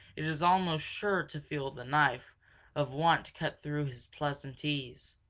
is almost sure to feel the knife of want cut through his pleasant ease.